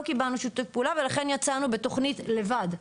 לא קיבלנו שיתוף פעולה ולכן יצאנו בתוכנית לבד,